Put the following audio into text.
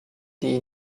die